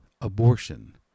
abortion